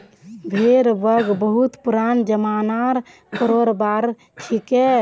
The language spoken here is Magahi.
भेड़ वध बहुत पुराना ज़मानार करोबार छिके